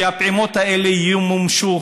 שהפעימות האלה ימומשו,